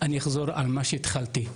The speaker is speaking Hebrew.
אז מי שכותב נאום יכול לכתוב גם ספר.